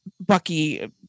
bucky